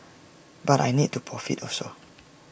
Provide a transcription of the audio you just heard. but I need to profit also